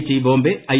T Bombay I